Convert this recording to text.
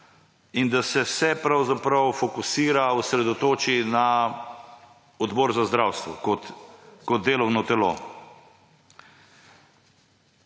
in da se vse pravzaprav fokusira, osredotoči na Odbor za zdravstvo kot delovno telo.